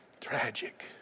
tragic